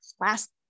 last